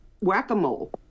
whack-a-mole